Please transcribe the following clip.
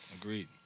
Agreed